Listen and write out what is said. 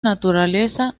naturaleza